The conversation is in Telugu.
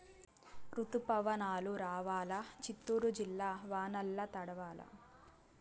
రుతుపవనాలు రావాలా చిత్తూరు జిల్లా వానల్ల తడవల్ల